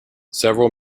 several